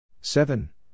Seven